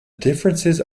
differences